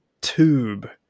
tube